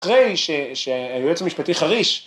‫אחרי שהיועץ המשפטי חריש.